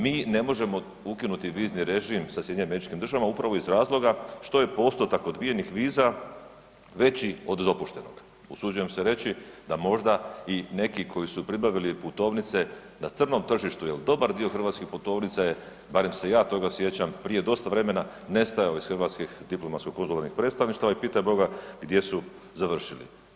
Mi ne možemo ukinuti vizni režim sa SAD-om upravo iz razloga što je postotak odbijenih viza veći od dopuštenog, usuđujem se reći da možda i neki koji su pribavili putovnice na crnom tržištu jer dobar dio hrvatskih putovnica je, barem se ja toga sjećam prije dosta vremena, nestajalo iz diplomatsko-konzularnih predstavništva i pitaj Boga gdje su završile.